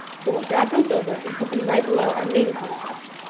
so we'll drag those over and put them right below our main concept.